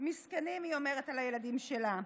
"מסכנים", היא אומרת על הילדים שלה,